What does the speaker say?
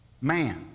man